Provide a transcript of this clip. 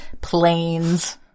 planes